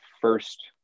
first